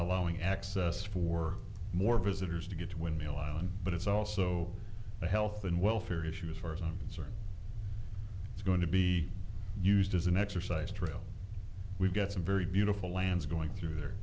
allowing access for more visitors to get to windmill island but it's also a health and welfare issue as far as i'm concerned it's going to be used as an exercise trail we've got some very beautiful lands going through there